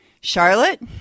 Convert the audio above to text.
Charlotte